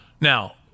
Now